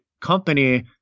company